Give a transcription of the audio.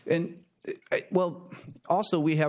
and well also we have